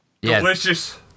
Delicious